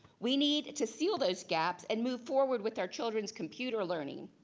we need to seal those gaps and move forward with our children's computer learning.